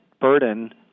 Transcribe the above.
burden